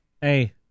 Hey